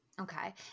Okay